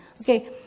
Okay